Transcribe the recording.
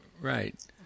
Right